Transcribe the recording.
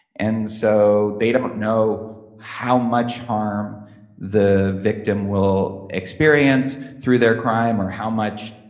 and so they don't know how much harm the victim will experience through their crime, or how much,